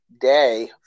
day